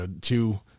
two